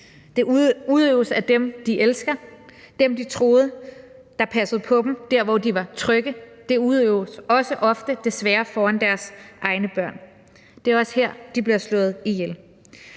Den udøves af dem, de elsker, dem, de troede passede på dem der, hvor de var trygge. Den udøves desværre også ofte foran deres egne børn. Det er også her, de bliver slået ihjel.